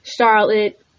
Charlotte